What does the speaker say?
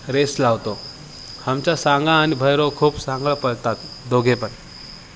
race लावतो आमच्या सांगा आणि भैरव खूप चांगलं पळतात दोघेपण